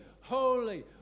holy